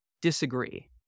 disagree